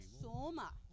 Soma